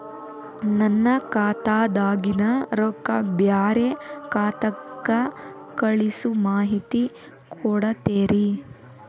ನನ್ನ ಖಾತಾದಾಗಿನ ರೊಕ್ಕ ಬ್ಯಾರೆ ಖಾತಾಕ್ಕ ಕಳಿಸು ಮಾಹಿತಿ ಕೊಡತೇರಿ?